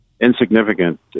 insignificant